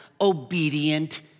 obedient